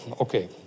Okay